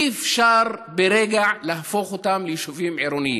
אי-אפשר ברגע להפוך אותם ליישובים עירוניים.